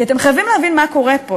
כי אתם חייבים להבין מה קורה פה.